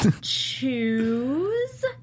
choose